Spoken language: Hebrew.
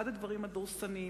אחד הדברים הדורסניים,